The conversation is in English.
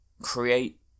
create